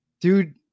Dude